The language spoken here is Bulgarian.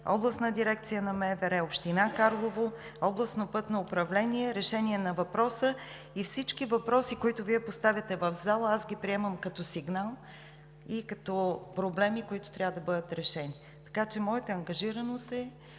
Областна дирекция на МВР, Община Карлово, Областно пътно управление, за решение на въпроса. Всички въпроси, които Вие поставяте в залата, аз приемам като сигнал и като проблеми, които трябва да бъдат решени. Моята ангажираност е